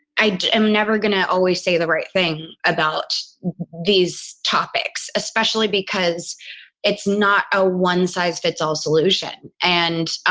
i am never going to always say the right thing about these topics, especially because it's not a one size fits all solution. and